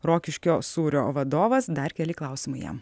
rokiškio sūrio vadovas dar keli klausimai jam